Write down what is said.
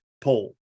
poll